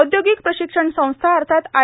औघोगिक प्रशिक्षण संस्था अर्थात आय